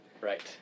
Right